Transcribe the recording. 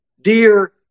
dear